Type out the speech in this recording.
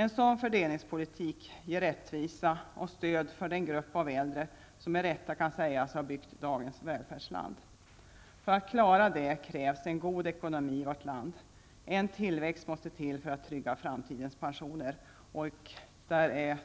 En sådan fördelningspolitik ger rättvisa och stöd till den grupp av äldre som med rätta kan sägas ha byggt dagens välfärdssamhälle. För att man skall klara detta krävs en god ekonomi i vårt land. Det måste till en tillväxt för att man skall kunna trygga framtidens pensioner, och det är